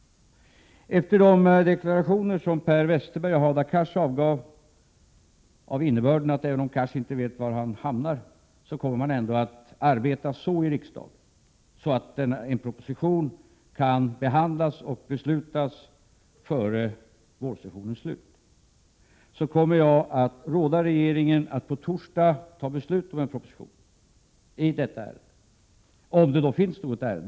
Efter de deklarationer som Per Westerberg och Hadar Cars avgav — avinnebörden att även om Hadar Cars inte vet var han hamnar, kommer man att arbeta så i riksdagen att en proposition kan behandlas och beslutas före vårsessionens slut — kommer jag att råda regeringen att på torsdag fatta beslut om en proposition i detta ärende, om det då finns något ärende.